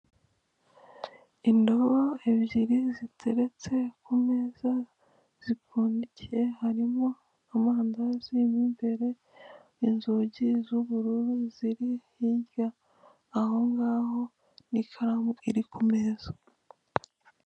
Indobo ebyiri ziteretse ku meza zipfundikiye harimo amandazi imbere inzugi z'ubururu ziri hirya aho ngaho n'ikaramu iri ku meza.